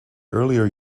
earlier